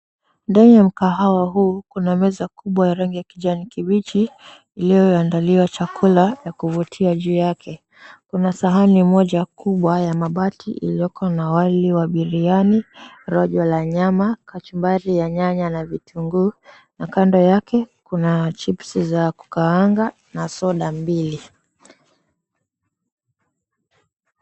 Ndani ya mkahawa huu kuna meza kubwa ya rangi ya kijani kibichi iliyoandaliwa chakula ya kuvutia juu yake. Kuna sahani moja kubwa ya mabati iliyoko na wali wa biriyani, rojo la nyama, kachumbari ya nyanya na vitunguu, na kando yake kuna chipsi za kukaanga na soda mbili.